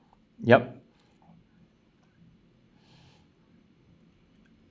yup